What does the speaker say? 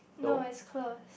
no is close